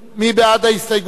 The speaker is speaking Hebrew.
מי בעד ההסתייגות?